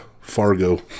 Fargo